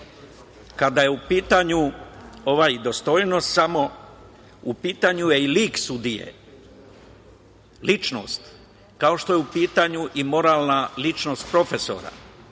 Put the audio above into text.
je u pitanju dostojnost, u pitanju je i lik sudije, ličnost. Kao što je u pitanju i moralna ličnost profesora